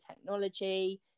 technology